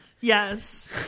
Yes